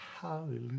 Hallelujah